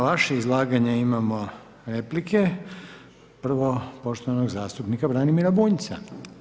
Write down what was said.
I na vaše izlaganje imamo replike, prvo poštovanog zastupnika Branimira Bunjca.